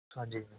ਹਾਂਜੀ